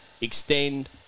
extend